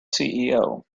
ceo